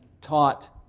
taught